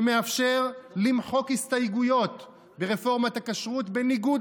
שמאפשר למחוק הסתייגויות ברפורמת הכשרות בניגוד